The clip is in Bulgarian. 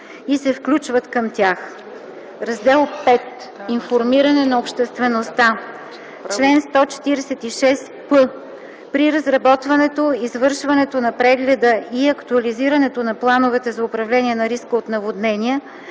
и се включват към тях.” Раздел V ИНФОРМИРАНЕ НА ОБЩЕСТВЕНОСТТА Чл. 146п. При разработването, извършването на прегледа и актуализирането на плановете за управление на риска от наводнение,